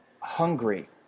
hungry